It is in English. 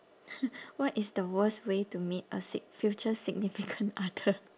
what is the worst way to meet a sig~ future significant other